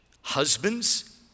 Husbands